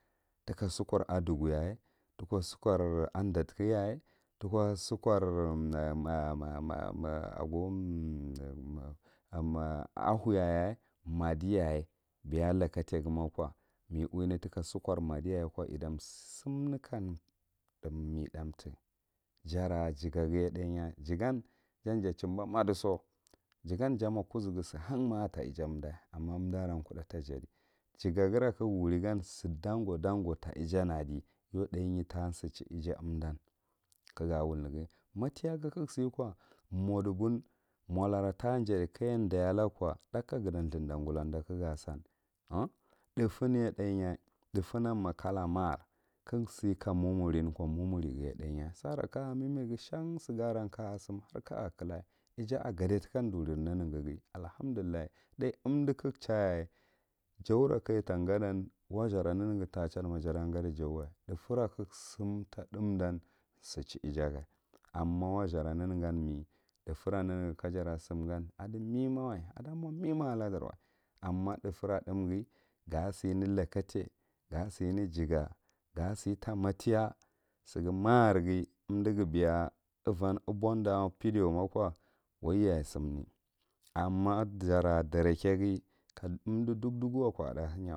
Tika sukar adugu yaye, tika sukar anɗaɗaha yaye tika sukar ma ahuyaye mavi yaye beya lakata gumak me uwine tika sukar madiyaye ko ita sinnne kametha tuw, jara jigahi thayne jigan jan ja chamba madiso jigan ja mo kuzugu sihan ma ata ijanda umma umda aran kuɗɗa tajadi jigagre kawurigan si ɗango ɗango ta ijan adi, yau thaye ta sichi ija umdam ka ga wulnege, matigayeh kage siko, modugun molara ta jadi kaja daye alaguhko thaka gata thghydah golanɗa kagah san thufunye thayeh thufunan ma kala makire, kagu kaye, sara ka a sim ka a khla ija a gadi tika ɗurira neneghi allahandullah thay umdi ka chayaye jaura ka ja tanga dan wazuhra neneghu ta cha ma jada gadi jauwa thufu ra kaguh smin ta ɗan sichi ijaga amma yazura ka jara sim gah adi me mawa afa mo mihma alada wam anna thu’fura thu mghi ga sime lakatai, ga sine jaga, ga siyye matiya, siguh mahkirghi umdugh bey uva a bohdah pediyayu mako waiyaye simmi, amma jara ɗarakeyahi undu ɗokɗuk wako ada henyawa.